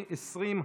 20),